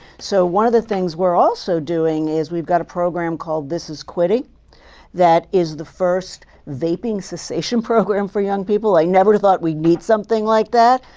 so one of the things we're also doing is, we've got a program called this is quitting that is the first vaping cessation program for young people. i never thought we'd need something like that.